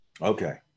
Okay